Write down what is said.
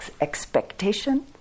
expectation